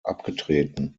abgetreten